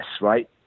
right